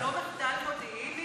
זה לא מחדל מודיעיני?